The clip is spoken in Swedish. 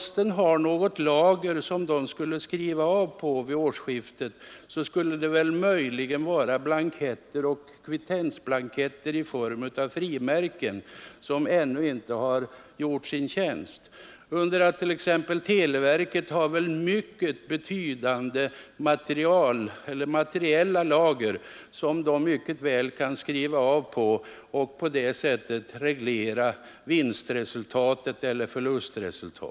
Den enda form av lager som posten kan ha vid årsskiftena skulle möjligen vara blanketter och frimärken, som ännu inte har gjort sin tjänst. Däremot har till exempel televerket mycket betydande materiella lager, som verket mycket väl kan göra avskrivningar på för att reglera vinstresultat eller förlustresultat.